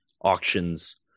auctions